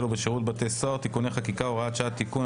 (בשירותי בתי הסוהר) (תיקוני חקיקה) (הוראת שעה) (תיקון,